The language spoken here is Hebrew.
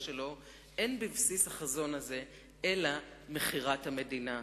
שלו אין בבסיס החזון הזה אלא מכירת המדינה,